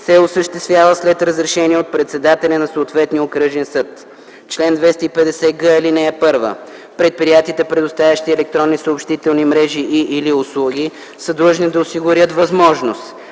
се осъществява след разрешение от председателя на съответния окръжен съд. Чл. 250г. (1) Предприятията, предоставящи обществени електронни съобщителни мрежи и/или услуги, са длъжни да осигурят възможност